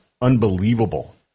unbelievable